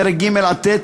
פרקים ג' עד ט',